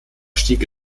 stieg